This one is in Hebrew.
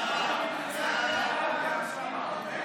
ההצעה להעביר את הצעת חוק המכר (דירות)